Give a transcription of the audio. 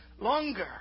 longer